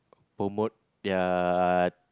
promote their